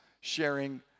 sharing